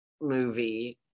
movie